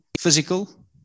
physical